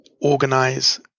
organize